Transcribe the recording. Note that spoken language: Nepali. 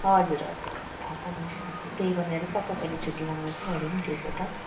हजुर हजुर हजुर थाहा छ नि हजुर त्यही भनेर त तपाईँले छुट्टी माग्दा चाहिँ मैले नि दिएको त